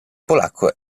polacco